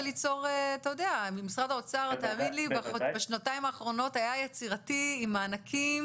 משרד האוצר בשנתיים האחרונות היה יצירתי עם מענקים